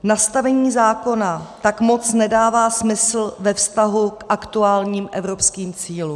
Nastavení zákona tak moc nedává smysl ve vztahu k aktuálním evropským cílům.